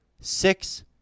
six